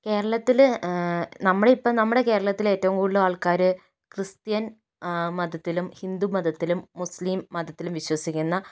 കേരളത്തിൽ നമ്മളിപ്പം നമ്മുടെ കേരളത്തിൽ ഏറ്റവും കൂടുതലും ആൾക്കാർ ക്രിസ്ത്യൻ മതത്തിലും ഹിന്ദു മതത്തിലും മുസ്ലിം മതത്തിലും വിശ്വസിക്കുന്ന